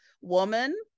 woman